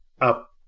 up